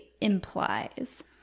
implies